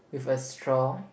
with a straw